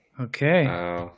Okay